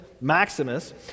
Maximus